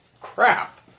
crap